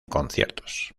conciertos